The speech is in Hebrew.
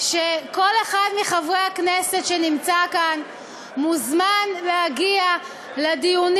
כל אחד מחברי הכנסת שנמצא כאן מוזמן להגיע לדיונים